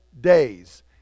days